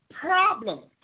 problem